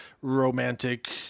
romantic